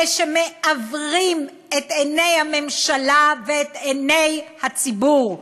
אלה שמעוורים את עיני הממשלה ואת עיני הציבור.